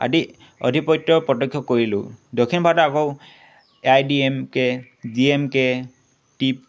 আদি অধিপত্য প্ৰত্য়ক্ষ কৰিলোঁ দক্ষিণ ভাৰত আকৌ I D M K D M K tip